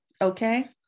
okay